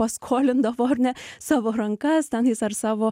paskolindavo ar ne savo rankas tenais ar savo